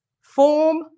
form